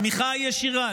תמיכה ישירה.